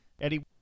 eddie